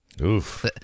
Oof